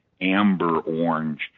amber-orange